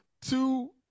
Two